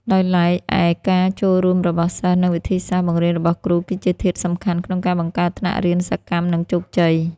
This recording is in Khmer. ដោយឡែកឯការចូលរួមរបស់សិស្ស និង វិធីសាស្ត្របង្រៀនរបស់គ្រូ គឺជាធាតុសំខាន់ក្នុងការបង្កើតថ្នាក់រៀនសកម្ម និងជោគជ័យ។